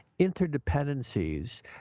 interdependencies